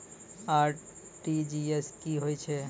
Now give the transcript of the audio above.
RTGS की होय छै?